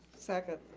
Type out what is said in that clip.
second.